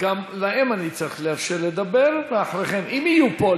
וגם להם אני צריך לאפשר לדבר, אם יהיו פה.